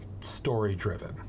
story-driven